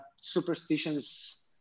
superstitions